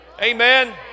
Amen